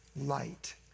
light